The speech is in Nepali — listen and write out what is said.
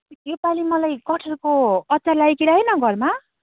योपालि मलाई कटहरको अचार ल्यायो कि ल्याएन घरमा